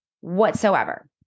whatsoever